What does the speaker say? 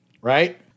right